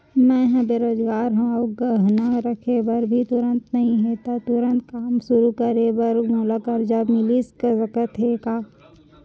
मैं ह बेरोजगार हव अऊ गहना रखे बर भी तुरंत नई हे ता तुरंत काम शुरू करे बर मोला करजा मिलिस सकत हे का?